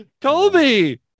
colby